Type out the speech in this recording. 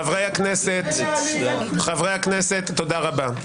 חברי הכנסת, תודה רבה.